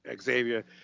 Xavier